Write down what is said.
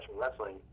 wrestling